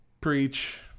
Preach